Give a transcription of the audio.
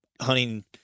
hunting